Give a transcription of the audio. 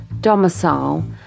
domicile